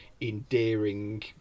endearing